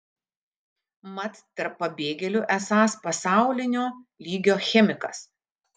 mat tarp pabėgėlių esąs pasaulinio lygio chemikas